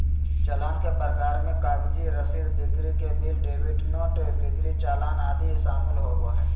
चालान के प्रकार मे कागजी रसीद, बिक्री के बिल, डेबिट नोट, बिक्री चालान आदि शामिल होबो हय